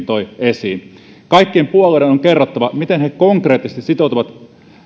toi esiin kaikkien puolueiden on on kerrottava miten he konkreettisesti sitoutuvat